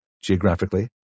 geographically